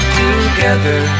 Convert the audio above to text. together